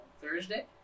Thursday